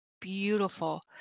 beautiful